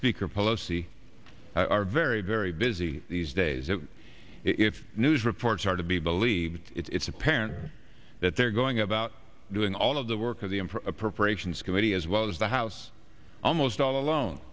speaker pelosi are very very busy these days and it's news reports are to be believed it's apparent that they're going about doing all of the work of the in for appropriations committee as well as the house almost all alone